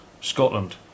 Scotland